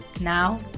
Now